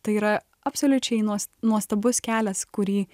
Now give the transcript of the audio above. tai yra absoliučiai nuos nuostabus kelias kurį